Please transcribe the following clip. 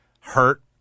hurt